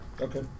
Okay